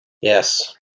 Yes